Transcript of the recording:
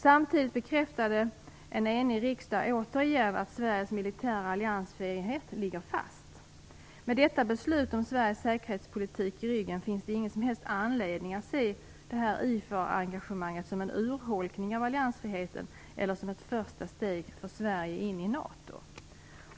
Samtidigt bekräftade en enig riksdag återigen att Sveriges militära alliansfrihet ligger fast. Med detta beslut om Sveriges säkerhetspolitik i ryggen finns det ingen som helst anledning att se detta IFOR engagemang som en urholkning av alliansfriheten eller som ett första steg för Sverige in i NATO.